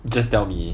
just tell me